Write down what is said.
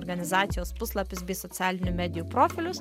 organizacijos puslapius bei socialinių medijų profilius